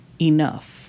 enough